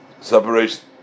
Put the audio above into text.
separation